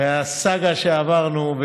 הסאגה שעברנו,